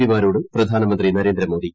പിമാരോട് പ്രധാനമന്ത്രി നരേന്ദ്രമോദി